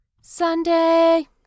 Sunday